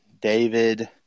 David